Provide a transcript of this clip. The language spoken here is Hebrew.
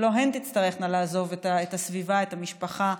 שלא הן תצטרכנה לעזוב את הסביבה, את המשפחה,